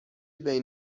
بین